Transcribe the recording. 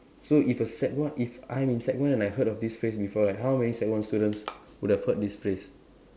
so if a sec one if I'm in sec one and I heard of this phrase before right how many sec one students would have heard this phrase